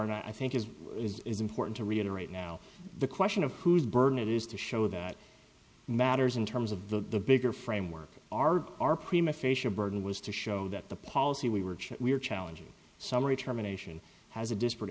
and i think it is important to reiterate now the question of whose burden it is to show that matters in terms of the bigger framework are our prima facia burden was to show that the policy we were we're challenging summary terminations has a disparate